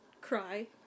cry